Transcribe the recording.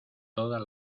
todas